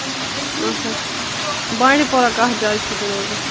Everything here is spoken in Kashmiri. اَچھا بانٛڈی پورہ کَتھ جایہِ چھُ تُہۍ روزان